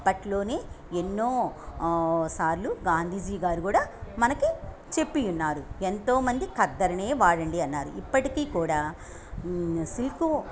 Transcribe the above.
అప్పట్లోనే ఎన్నో సార్లు గాంధీజీ గారు కూడా మనకి చెప్పి ఉన్నారు ఎంతో మంది కద్దర్నే వాడండి అన్నారు ఇప్పటికి కూడా సిల్కు